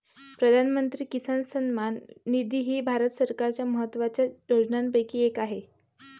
प्रधानमंत्री किसान सन्मान निधी ही भारत सरकारच्या महत्वाच्या योजनांपैकी एक आहे